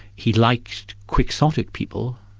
he liked quixotic people,